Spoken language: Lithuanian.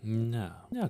ne ne